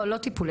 לא,